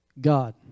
God